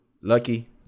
Lucky